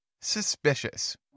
suspicious